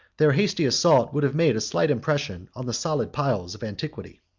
their hasty assault would have made a slight impression on the solid piles of antiquity.